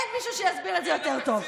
אין מישהו שיסביר את זה יותר טוב.